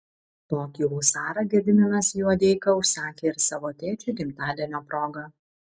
tokį husarą gediminas juodeika užsakė ir savo tėčiui gimtadienio proga